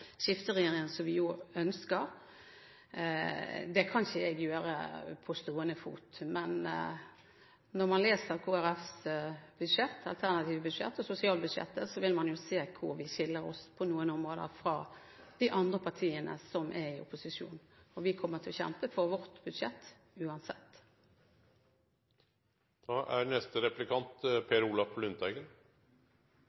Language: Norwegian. regjering, som vi jo ønsker – kan ikke jeg gjøre på stående fot. Men når man leser Kristelig Folkepartis alternative budsjett og sosialbudsjettet, vil man se hvor vi på noen områder skiller oss fra de andre partiene som er i opposisjon. Vi kommer til å kjempe for vårt budsjett